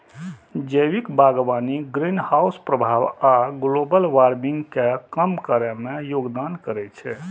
जैविक बागवानी ग्रीनहाउस प्रभाव आ ग्लोबल वार्मिंग कें कम करै मे योगदान करै छै